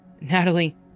Natalie